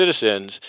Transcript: citizens